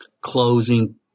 closing